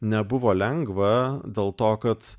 nebuvo lengva dėl to kad